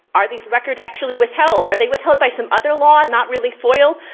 are these records actually withheld? are they withheld by some other law, not really foil?